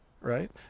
right